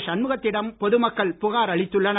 ஷண்முகத்திடம் பொதுமக்கள் புகார் அளித்துள்ளனர்